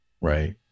Right